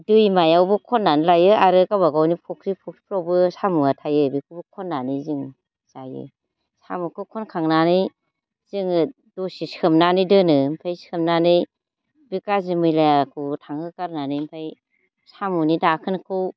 दैमायावबो खननानै लायो आरो गावबागावनि फख्रि फख्रिफोरावबो साम'आथ' थायो बेखौ खननानै जों जायो साम'खौ खनखांनानै जोङो दसे सोमनानै दोनो ओमफ्राय सोमनानै बे गाज्रि मैलाखौ थांहो गारनानै ओमफ्राय साम'नि दाखोनखौ